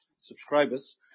subscribers